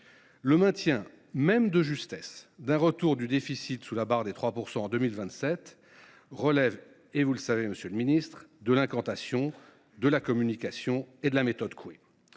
de retour – même de justesse – du déficit sous la barre des 3 % en 2027 relève – vous le savez, monsieur le ministre – de l’incantation, de la communication et de la méthode Coué.